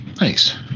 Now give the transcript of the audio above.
Nice